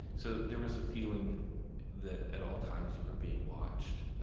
so there was a feeling that at all times you were being watched.